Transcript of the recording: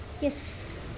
Yes